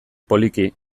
poliki